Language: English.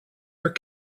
are